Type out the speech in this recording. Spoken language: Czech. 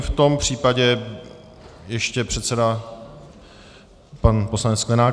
V tom případě ještě předseda pan poslanec Sklenák.